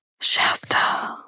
Shasta